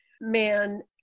man